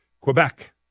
quebec